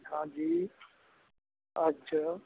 ਹਾਂਜੀ ਅੱਜ